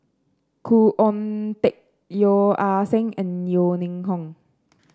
Khoo Oon Teik Yeo Ah Seng and Yeo Ning Hong